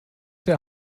der